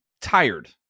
tired